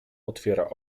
otwiera